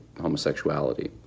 homosexuality